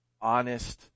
honest